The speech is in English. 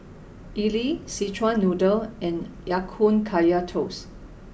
Idly Szechuan Noodle and Ya Kun Kaya Toast